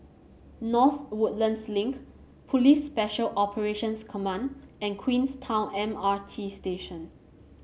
North Woodlands Link Police Special Operations Command and Queenstown M R T Station